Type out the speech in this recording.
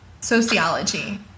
Sociology